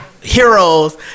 heroes